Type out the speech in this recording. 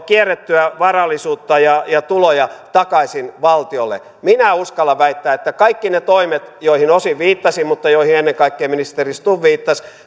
kierrettyä varallisuutta ja ja tuloja takaisin valtiolle minä uskallan väittää että kaikki ne toimet joihin osin viittasin mutta joihin ennen kaikkea ministeri stubb viittasi